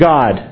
God